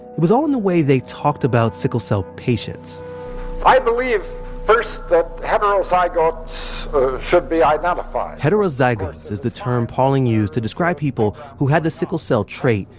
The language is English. it was all in the way they talked about sickle cell patients i believe first that heterozygotes should be identified heterozygotes is the term pauling used to describe people who had the sickle cell trait,